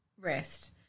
rest